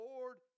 Lord